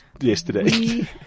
yesterday